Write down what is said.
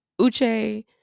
Uche